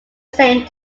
same